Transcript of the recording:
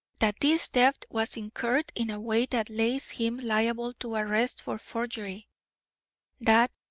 that this debt was incurred in a way that lays him liable to arrest for forgery that,